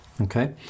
Okay